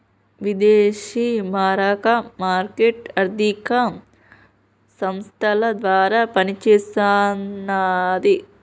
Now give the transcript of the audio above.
విదేశీ మారక మార్కెట్ ఆర్థిక సంస్థల ద్వారా పనిచేస్తన్నది